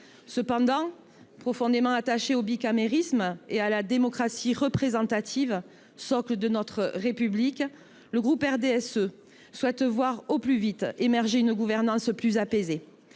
Toutefois, profondément attaché au bicamérisme et à la démocratie représentative, qui est le socle de notre République, le groupe RDSE souhaite, au plus vite, voir émerger une gouvernance plus apaisée.